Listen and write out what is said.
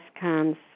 comes